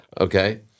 Okay